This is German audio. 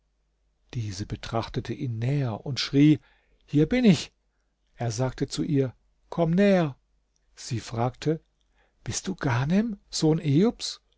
diese betrachtete ihn näher und schrie hier bin ich er sagte zu ihr komm näher sie fragte bist du ghanem sohn